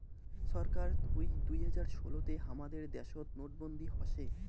ছরকার থুই দুই হাজার ষোলো তে হামাদের দ্যাশোত নোটবন্দি হসে